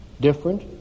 Different